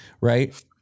right